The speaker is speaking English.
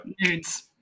Nudes